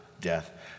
death